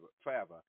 forever